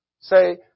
Say